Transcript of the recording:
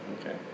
Okay